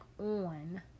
on